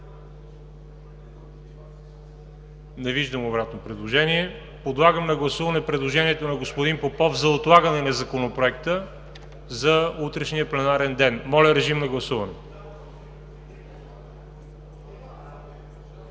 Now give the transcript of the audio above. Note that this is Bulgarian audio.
Не виждам обратно предложение. Подлагам на гласуване предложението на господин Попов за отлагане на Законопроекта за утрешния пленарен ден. Гласували